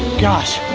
gosh,